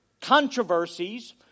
controversies